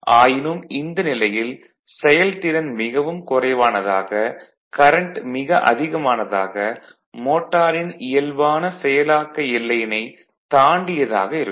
ஆயினும் இந்த நிலையில் செயல்திறன் மிகவும் குறைவானதாக கரண்ட் மிக அதிகமானதாக மோட்டாரின் இயல்பான செயலாக்க எல்லையினைத் தாண்டியதாக இருக்கும்